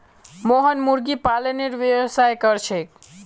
मोहन मुर्गी पालनेर व्यवसाय कर छेक